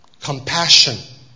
compassion